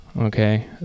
okay